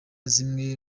zimwe